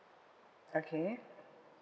okay